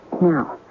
Now